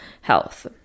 health